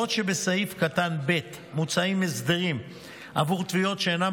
בעוד שבסעיף קטן (ב) מוצעים הסדרים עבור תביעות שאינן